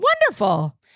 Wonderful